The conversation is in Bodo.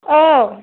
औ